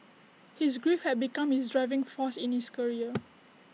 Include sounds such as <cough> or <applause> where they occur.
his grief had become his driving force in his career <noise>